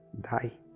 die